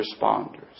responders